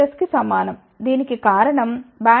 కి సమానం దీనికి కారణం బ్యాండ్ పాస్ ఫిల్టర్ 1